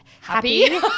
happy